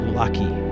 lucky